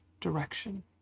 direction